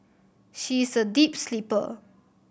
she is a deep sleeper